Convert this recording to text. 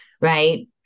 Right